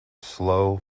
slow